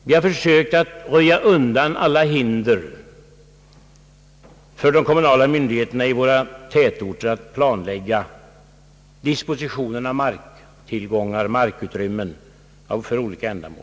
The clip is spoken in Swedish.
Vi har försökt att röja undan alla hinder för de kommunala myndigheterna i våra tätorter att planlägga dispositionen av markutrymmen för olika ändamål.